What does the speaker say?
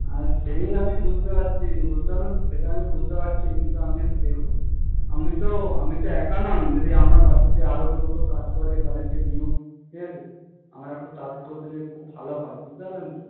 হ্যাঁ সেই আমি বুঝতে পারছি বুঝতে পারলেন তো সেটা আমি বুঝতে পারছি কিন্তু আপনি একটু দেখুন আপনি তো আপনি তো একা নন যদি আপনার পাশে যদি আরো কেউ তো কাজ করে তাদেরকে দিন ঠিক আছে আমার একটু তাড়াতাড়ি করে দিলে খুব ভালো হয় বুঝতে পারলেন তো